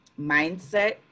mindset